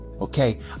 okay